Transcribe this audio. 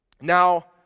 Now